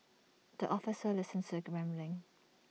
the officer listens the rambling